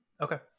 Okay